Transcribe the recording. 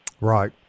Right